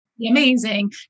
amazing